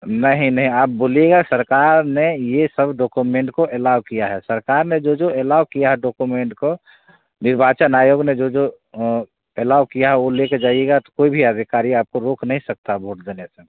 नहीं नहीं आप बोलिएगा सरकार ने ये सब डोकुमेंट को अलाउ किया है सरकार ने जो जो अलाउ किया है डोकुमेंट को निर्वाचन आयोग ने जो जो अलाउ किया हे वो लेकए जाइएगा तो कोई भी अधिकारी आपको रोक नहीं सकता भोट देने से